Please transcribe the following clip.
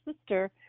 sister